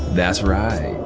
that's right,